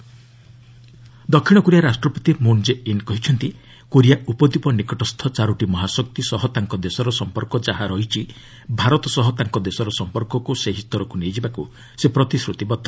India South Korea ଦକ୍ଷିଣ Korea ରାଷ୍ଟ୍ରପତି Moon Jae in କହିଛନ୍ତି କୋରିଆ ଉପଦ୍ୱୀପ ନିକଟସ୍ଥ ଚାରୋଟି ମହାଶକ୍ତି ସହ ତାଙ୍କ ଦେଶର ସମ୍ପର୍କ ଯାହା ରହିଛି ଭାରତ ସହ ତାଙ୍କ ଦେଶର ସମ୍ପର୍କକୁ ସେହି ସ୍ତରକୁ ନେଇଯିବାକୁ ସେ ପ୍ରତିଶ୍ରତିବଦ୍ଧ